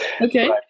Okay